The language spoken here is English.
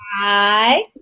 Hi